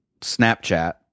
snapchat